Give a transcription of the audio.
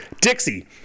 Dixie